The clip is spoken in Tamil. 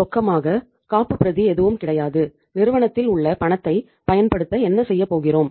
ரொக்கமாக காப்புப் பிரதி எதுவும் கிடையாது நிறுவனத்தில் உள்ள பணத்தை பயன்படுத்த என்ன செய்யப்போகிறோம்